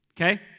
Okay